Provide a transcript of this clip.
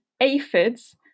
aphids